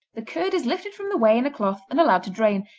the curd is lifted from the whey in a cloth and allowed to drain,